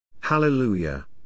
Hallelujah